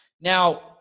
Now